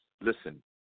listen